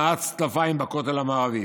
נעץ טלפיים בכותל המערבי.